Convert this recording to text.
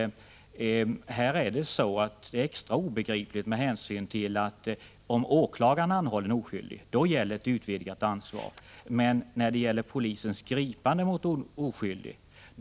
Jag konstaterar också att reglerna är extra obegripliga med hänsyn till att ett utvidgat ansvar gäller om åklagaren anhåller en oskyldig, medan det alltså inte gäller om polisen griper en oskyldig.